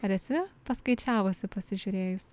ar esi paskaičiavusi pasižiūrėjus